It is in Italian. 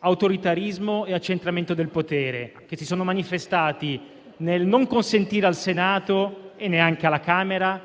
autoritarismo e accentramento del potere, che si sono manifestati nel non consentire al Senato e neanche alla Camera